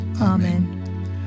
Amen